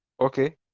okay